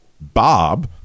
Bob